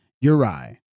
Uri